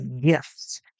gifts